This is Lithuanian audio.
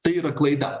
tai yra klaida